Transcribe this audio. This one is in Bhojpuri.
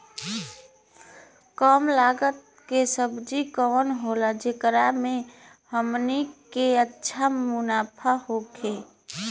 कम लागत के सब्जी कवन होला जेकरा में हमनी के अच्छा मुनाफा होखे?